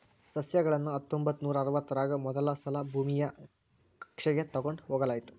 ಸಸ್ಯಗಳನ್ನ ಹತ್ತೊಂಬತ್ತನೂರಾ ಅರವತ್ತರಾಗ ಮೊದಲಸಲಾ ಭೂಮಿಯ ಕಕ್ಷೆಗ ತೊಗೊಂಡ್ ಹೋಗಲಾಯಿತು